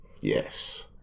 Yes